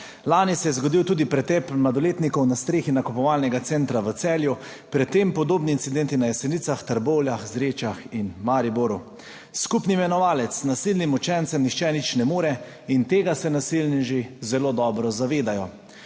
Lani se je zgodil tudi pretep mladoletnikov na strehi nakupovalnega centra v Celju, pred tem podobni incidenti na Jesenicah, Trbovljah, Zrečah in Mariboru. Skupni imenovalec je »nasilnim učencem nihče nič ne more« in tega se nasilneži zelo dobro zavedajo.